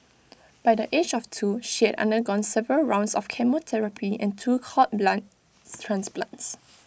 by the age of two she had undergone several rounds of chemotherapy and two cord blood transplants